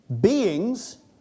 beings